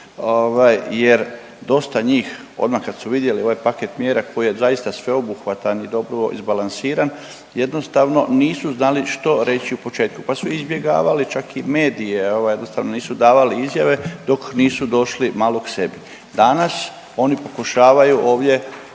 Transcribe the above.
jer dosta njih odmah kad su vidjeli ovaj paket mjera koji je zaista sveobuhvatan i dobro izbalansiran jednostavno nisu znali što reći u početku, pa su izbjegavali čak i medije ovaj jednostavno nisu davali izjave dok nisu došli malo k sebi. Danas oni pokušavaju ovdje